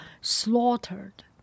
slaughtered